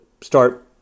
start